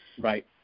Right